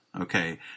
okay